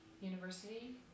university